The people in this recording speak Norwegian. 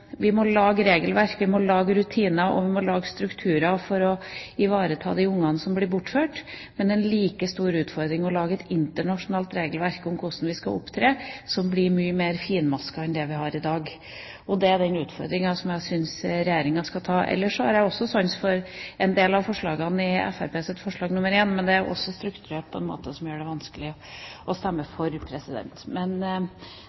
vi må lage regelverk, vi må lage rutiner, og vi må lage strukturer for å ivareta de ungene som blir bortført, men det er en like stor utfordring å lage et internasjonalt regelverk for hvordan vi skal opptre, som blir mye mer finmasket enn det vi har i dag. Det er den utfordringa som jeg syns Regjeringa skal ta. Jeg har også sans for en del av forslagene i Fremskrittspartiets forslag nr. 1, men det er strukturert på en måte som gjør det vanskelig å stemme